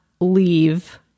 leave